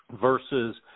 versus